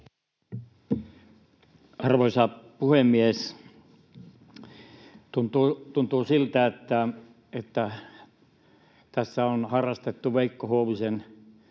Arvoisa puhemies! Tuntuu siltä, että tässä on harrastettu Veikko Huovisen